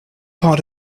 part